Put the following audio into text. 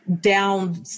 down